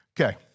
Okay